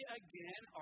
again